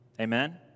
Amen